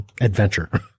adventure